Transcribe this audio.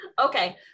okay